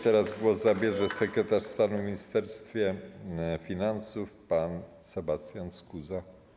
Teraz głos zabierze sekretarz stanu w Ministerstwie Finansów pan Sebastian Skuza.